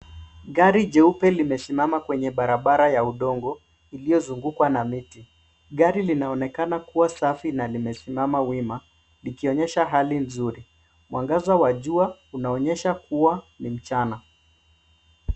Gari jeupe limesimama kwenye barabara ya udongo iliyozungukwa na miti. Gari linaonekana kuwa safi na limesimama wima likionyesha hali nzuri. Mwangaza wa jua unaonyesha kuwa ni mchana.